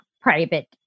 private